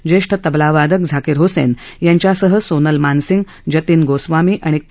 ज्येष्ठ तबला वादक झाकीर हसेन यांच्यासह सोनल मानसिंग जतीन गोस्वामी आणि के